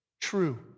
true